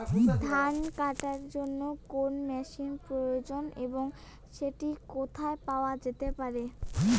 ধান কাটার জন্য কোন মেশিনের প্রয়োজন এবং সেটি কোথায় পাওয়া যেতে পারে?